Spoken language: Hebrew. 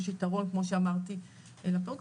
יש יתרון כמו שאמרתי לפיזור,